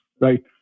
right